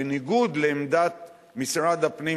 בניגוד לעמדת משרד הפנים,